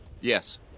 Yes